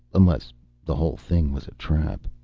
unless the whole thing was a trap.